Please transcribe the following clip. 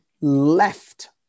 left